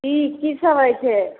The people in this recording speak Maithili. कि कि सब होइ छै